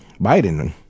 Biden